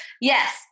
Yes